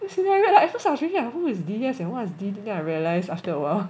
it's hilarious at first I was reading who is d s and what is d d then I realise after awhile